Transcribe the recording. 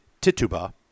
Tituba